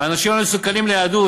"האנשים המסוכנים ליהדות.